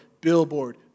billboard